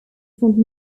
spent